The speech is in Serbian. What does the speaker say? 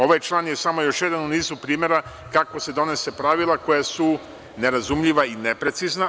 Ovaj član je samo još jedan u nizu primera kako se donose pravila koja su nerazumljiva i neprecizna.